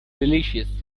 delicious